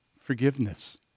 Forgiveness